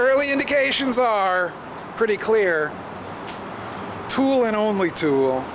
early indications are pretty clear tool and only to